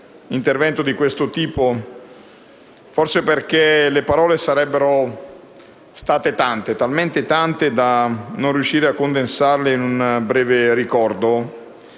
intervento di questo tipo. Forse perché le parole sarebbero state tante, talmente tante da non riuscire a condensarle in un breve ricordo.